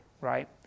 right